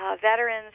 veterans